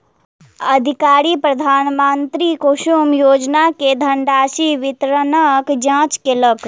अधिकारी प्रधानमंत्री कुसुम योजना के धनराशि वितरणक जांच केलक